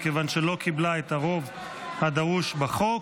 מכיוון שלא קיבלה את הרוב הדרוש בחוק.